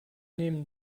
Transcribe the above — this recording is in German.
nehmen